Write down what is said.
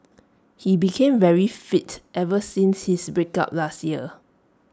he became very fit ever since his breakup last year